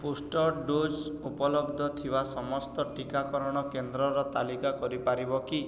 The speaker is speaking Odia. ବୁଷ୍ଟର୍ ଡୋଜ୍ ଉପଲବ୍ଧ ଥିବା ସମସ୍ତ ଟିକାକରଣ କେନ୍ଦ୍ରର ତାଲିକା କରିପାରିବ କି